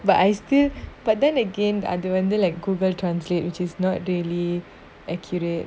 but I still but then again I don't when they like google translate which is not really accurate